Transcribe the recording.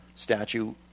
Statue